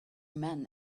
man